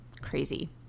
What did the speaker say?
crazy